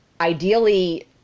Ideally